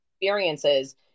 experiences